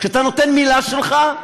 כשאתה נותן מילה שלך,